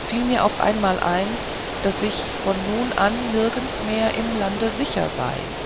fiel mir auf einmal ein daß ich von nun an nirgends mehr im lande sicher sei